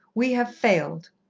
we have failed.